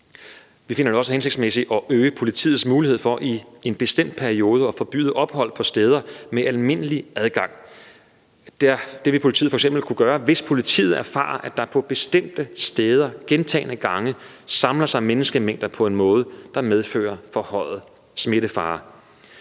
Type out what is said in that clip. Vi finder det også hensigtsmæssigt at øge politiets mulighed for i en bestemt periode at forbyde ophold på steder med almindelig adgang. Det vil politiet f.eks. kunne gøre, hvis politiet erfarer, at der er på bestemte steder gentagne gange samler sig menneskemængder på en måde, som medfører forhøjet smittefare.